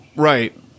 Right